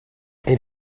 and